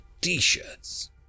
t-shirts